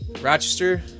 Rochester